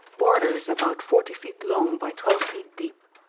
borders about forty feet long by twelve feet deep,